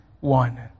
one